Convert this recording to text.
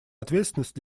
ответственность